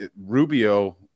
Rubio